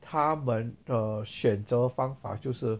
他们 err 选择方法就是